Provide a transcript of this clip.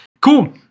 Cool